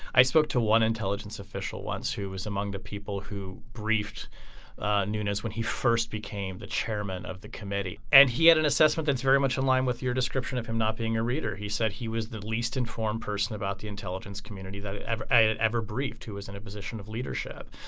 i spoke to one intelligence official once who was among the people who briefed nunez when he first became the chairman of the committee and he had an assessment that's very much in line with your description of him not being a reader. he said he was the least informed person about the intelligence community that i had ever briefed who was in a position of leadership.